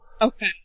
okay